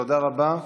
תודה רבה.